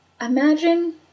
imagine